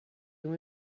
you